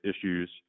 issues